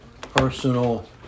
personal